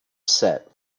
set